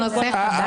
בנוסף לזה,